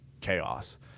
chaos